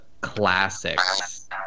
classics